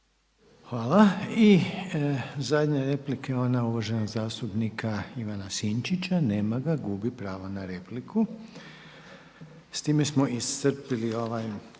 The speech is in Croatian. Hvala. I zadnja replika ona uvaženog zastupnika Ivana Sinčića. Nema ga, gubi pravo na repliku. S time smo iscrpili ovaj